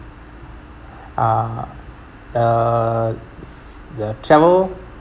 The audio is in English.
uh the the travel